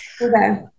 Okay